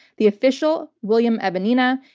the official, william evanina,